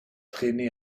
traîné